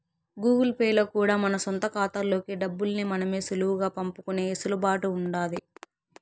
Google Pay లో కూడా మన సొంత కాతాల్లోకి డబ్బుల్ని మనమే సులువుగా పంపుకునే ఎసులుబాటు ఉండాది